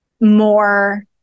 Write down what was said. more